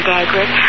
Dagwood